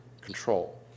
control